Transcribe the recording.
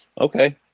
Okay